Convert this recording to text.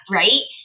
right